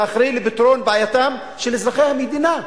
כאחראי לפתרון בעייתם של אזרחי המדינה?